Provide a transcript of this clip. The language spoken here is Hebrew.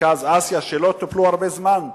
ומרכז אסיה שלא טופלו הרבה זמן,